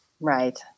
Right